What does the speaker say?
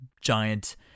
giant